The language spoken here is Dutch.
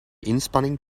inspanning